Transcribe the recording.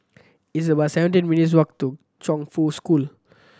it's about seventeen minutes' walk to Chongfu School